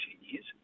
years